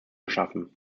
geschaffen